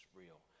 real